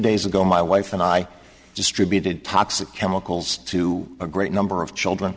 days ago my wife and i distributed toxic chemicals to a great number of children